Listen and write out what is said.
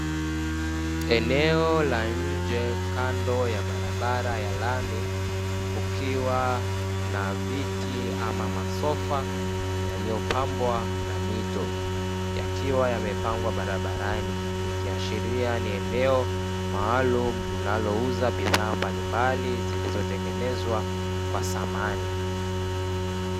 Eneo la nje kando ya barabara ya lami kukiwa na viti ama masofa yaliyopambwa na mito, yakiwa yamepangwa barabarani, ikiashiria ni eneo maalumu linalouza bidhaa mbalimbali zilizotengenezwa kwa samani.